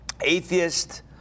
atheist